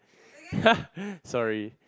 !huh! sorry